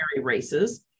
races